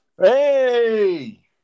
Hey